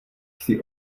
jsi